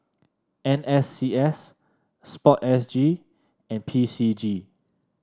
N S C S sport S G and P C G